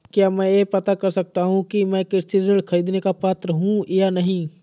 क्या मैं यह पता कर सकता हूँ कि मैं कृषि ऋण ख़रीदने का पात्र हूँ या नहीं?